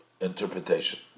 interpretation